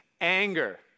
anger